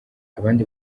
abandi